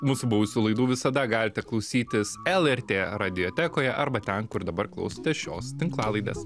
mūsų buvusių laidų visada galite klausytis lrt radiotekoje arba ten kur dabar klausotės šios tinklalaidės